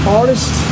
artist